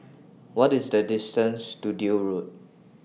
What IS The distance to Deal Road